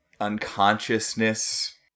unconsciousness